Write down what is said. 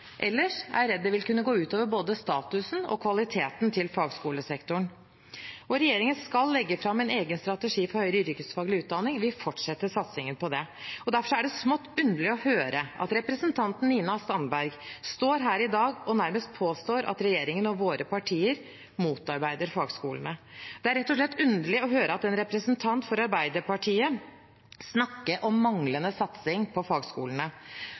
ellers er jeg redd det vil kunne gå utover både statusen og kvaliteten til fagskolesektoren. Regjeringen skal legge fram en egen strategi for høyere yrkesfaglig utdanning. Vi fortsetter satsingen på det. Derfor er det smått underlig å høre representanten Nina Sandberg stå her i dag og nærmest påstå at regjeringen og våre partier motarbeider fagskolene. Det er rett og slett underlig å høre en representant fra Arbeiderpartiet snakke om manglende satsing på fagskolene.